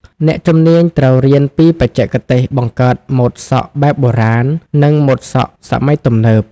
អ្នកជំនាញត្រូវរៀនពីបច្ចេកទេសបង្កើតម៉ូដសក់បែបបុរាណ និងម៉ូដសក់សម័យទំនើប។